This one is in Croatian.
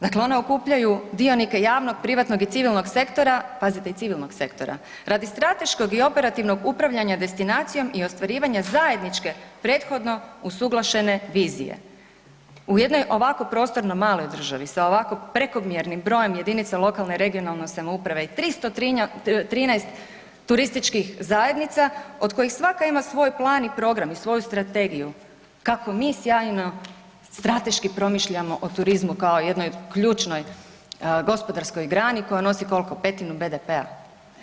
Dakle „One okupljaju dionike javnog, privatnog i civilnog sektora“, pazite i civilnog sektora „radi strateškog i operativnog upravljanja designacijom i ostvarivanja zajedničke prethodno usuglašene vizije.“ U jednoj ovako prostornoj maloj državi sa ovako prekomjernim brojem jedinica lokalne i regionalne samouprave i 313 turističkih zajednica od kojih svaka ima svoj plan i program i svoju strategiju, kako mi sjajno strateški promišljamo o turizmu kao o jednoj ključnoj gospodarskoj grani koja nosi koliko, petinu BDP-a.